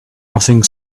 nothing